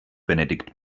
benedikt